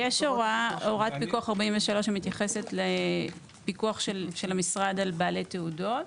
יש הוראת פיקוח 43 שמתייחסת לפיקוח של המשרד על בעלי תעודות.